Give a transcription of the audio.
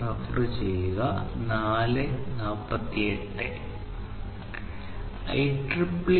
IEEE 802